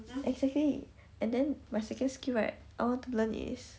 exactly and then my second skill I want to learn is